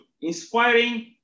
inspiring